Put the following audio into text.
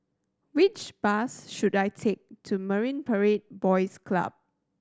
which bus should I take to Marine Parade Boys Club